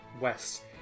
west